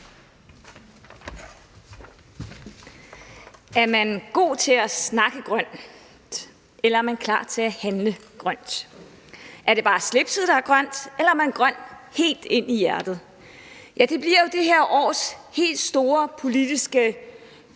Er man god til at snakke grønt, eller er man klar til at handle grønt? Er det bare slipset, der er grønt, eller er man grøn helt ind i hjertet? Ja, det bliver jo det her års helt store politiske